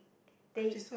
they